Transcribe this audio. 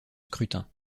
scrutin